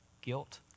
guilt